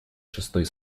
шестой